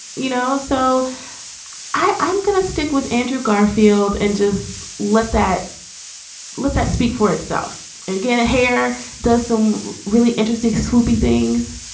you know, so i'm going to stick with andrew garfield and just let that let that speak for itself and get a hair done. some really interesting swoopy things.